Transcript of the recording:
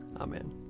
Amen